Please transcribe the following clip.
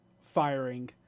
firing